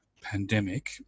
pandemic